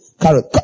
Carrot